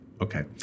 Okay